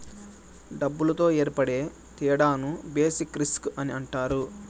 డబ్బులతో ఏర్పడే తేడాను బేసిక్ రిస్క్ అని అంటారు